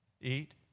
Eat